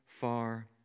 far